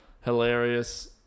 Hilarious